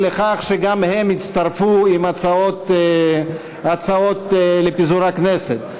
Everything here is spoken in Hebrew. לכך שגם הן יצטרפו עם הצעות לפיזור הכנסת.